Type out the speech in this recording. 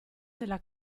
della